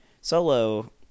solo